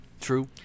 True